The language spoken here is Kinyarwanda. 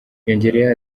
yongeraho